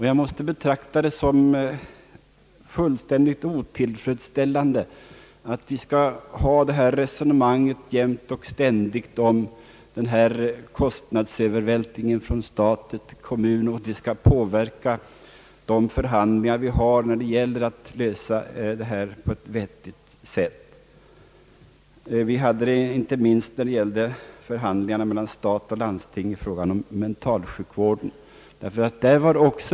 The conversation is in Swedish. Jag betraktar det som fullständigt otillfredsställande att vi jämt och ständigt skall ha detta resonemang om kostnadsövervältringen från stat till kommun och att det skall påverka våra förhandlingar för att lösa frågan på ett vettigt sätt. Detta gällde inte minst förhandlingarna mellan stat och landsting i fråga om mentalsjukvården.